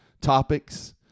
topics